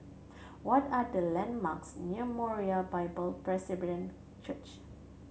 what are the landmarks near Moriah Bible Presby Church